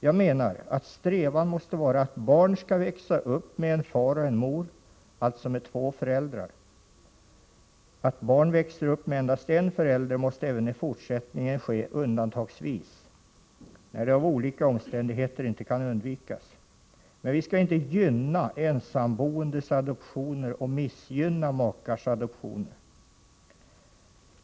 Jag menar att strävan måste vara att barn skall växa upp med en far och en mor, alltså med två föräldrar. Att barn växer upp med endast en förälder måste även i fortsättningen ske undantagsvis när det av olika omständigheter inte kan undvikas. Men vi skall inte gynna ensamboendes adoptioner och missgynna makars adoptioner.